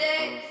days